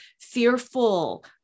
fearful